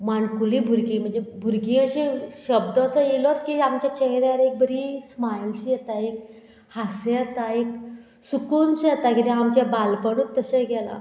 माणकुली भुरगीं म्हणजे भुरगीं अशें शब्द असो येयलोच की आमच्या चेहऱ्यार एक बरी स्मायल शी येता एक हास्य येता एक सुकूनशें येता कित्याक आमचे बालपणूच तशें गेलां